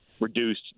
reduced